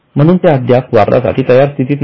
म्हणून ते अद्याप वापरासाठी तयार स्थितीत नाही